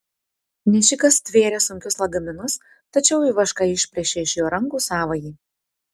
nešikas stvėrė sunkius lagaminus tačiau ivaška išplėšė iš jo rankų savąjį